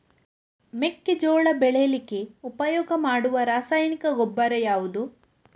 ಮೆಕ್ಕೆಜೋಳ ಬೆಳೀಲಿಕ್ಕೆ ಉಪಯೋಗ ಮಾಡುವ ರಾಸಾಯನಿಕ ಗೊಬ್ಬರ ಯಾವುದು?